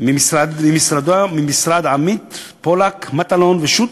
ממשרד עמית-פולק-מטלון ושות'.